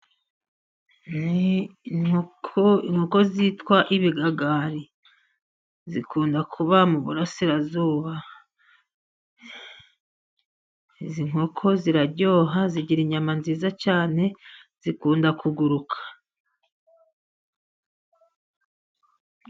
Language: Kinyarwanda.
Inkoko, inkoko zitwa ibigagari zikunda kuba mu burasirazuba, izi nkoko ziraryoha zigira inyama nziza cyane, zikunda kuguruka.